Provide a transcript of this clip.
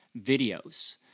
videos